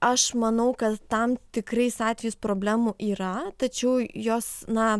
aš manau kad tam tikrais atvejais problemų yra tačiau jos na